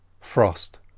frost